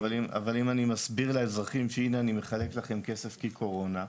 אבל אם אני מסביר לאזרחים שהנה אני מחלק לכם כסף כי קורונה,